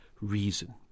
reason